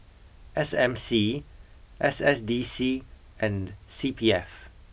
S M C S S D C and C P F